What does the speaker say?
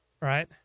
right